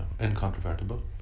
incontrovertible